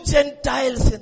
Gentiles